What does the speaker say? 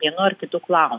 vienu ar kitu klausimu